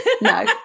No